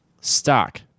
stock